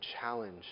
challenge